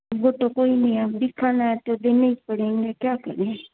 वो तो कोई नहीं अब दिखाना है तो देने ही पड़ेंगे क्या करें